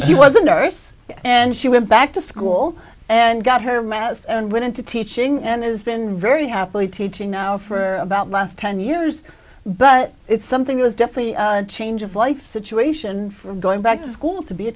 he was a nurse and she went back to school and got her mass and went into teaching and has been very happily teaching now for about ten years but it's something was definitely change of life situation for going back to school to be a